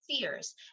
fears